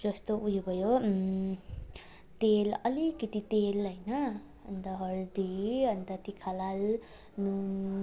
जस्तो उयो भयो तेल अलिकति तेल होइन अन्त हर्दी अन्त तिखालाल नुन अन्त